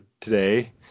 today